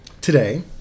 Today